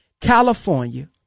California